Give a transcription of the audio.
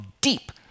deep